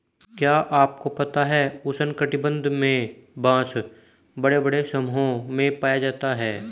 क्या आपको पता है उष्ण कटिबंध में बाँस बड़े बड़े समूहों में पाया जाता है?